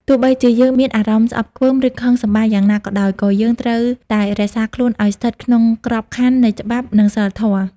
ទោះបីជាយើងមានអារម្មណ៍ស្អប់ខ្ពើម ឬខឹងសម្បារយ៉ាងណាក៏ដោយ ក៏យើងត្រូវតែរក្សាខ្លួនឲ្យស្ថិតនៅក្នុងក្របខ័ណ្ឌនៃច្បាប់ និងសីលធម៌។